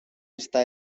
está